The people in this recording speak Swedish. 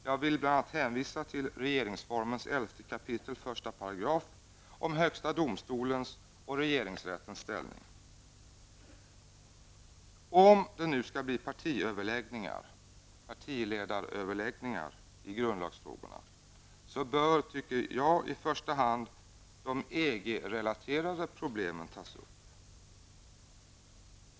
Jag vill bl.a. hänvisa till 11 kap. 1 § Om det nu skall bli partiledaröverläggningar om grundlagsfrågorna bör, tycker jag, i första hand de EG-relaterade problemen tas upp.